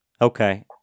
Okay